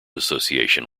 association